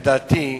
לדעתי,